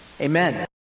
Amen